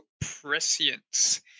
Prescience